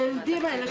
הילדים האלה,